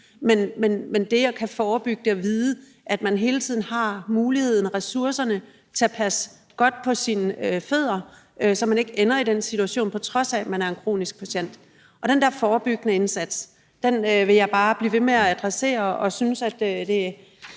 om at kunne forebygge det og vide, at man hele tiden har muligheden og ressourcerne til at passe godt på sine fødder, så man ikke ender i den situation, på trods af at man er en kronisk patient. Og den der forebyggende indsats vil jeg bare blive ved med at adressere. Man kunne måske